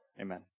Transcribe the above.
Amen